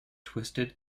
twisted